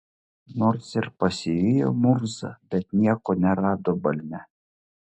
nors ir pasivijo murzą bet nieko nerado balne